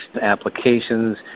applications